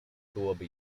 byłoby